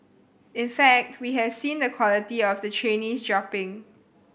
in fact we have seen the quality of the trainees dropping